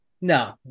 No